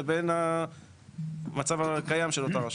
לבין המצב הקיים של אותה הרשות?